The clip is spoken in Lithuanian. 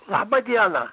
laba diena